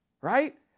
right